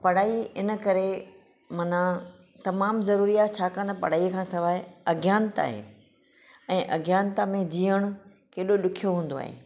पढ़ाई इन करे माना तमामु ज़रुरी आहे छाकाण त पढ़ाईअ खां सवाइ अज्ञानता आहे ऐं अज्ञानता में जीअण केॾो ॾुखियो थीन्दो आहे